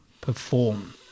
perform